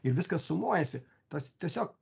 ir viskas sumuojasi tas tiesiog